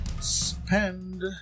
spend